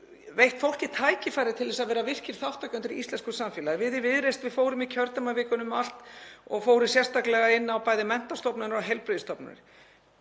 veitt fólki tækifæri til að vera virkir þátttakendur í íslensku samfélagi. Við í Viðreisn fórum í kjördæmavikunni um allt og fórum sérstaklega inn á bæði menntastofnanir og heilbrigðisstofnanir.